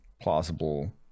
Plausible